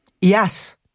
Yes